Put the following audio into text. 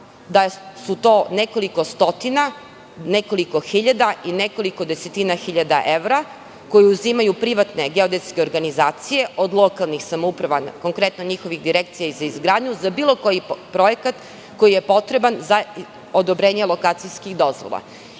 da je to nekoliko stotina, nekoliko hiljada i nekoliko desetina hiljada evra, koje uzimaju privatne geodetske organizacije od lokalnih samouprava, konkretno njihovih direkcija za izgradnju, za bilo koji projekat koji je potreban za odobrenje lokacijskih dozvola. Kada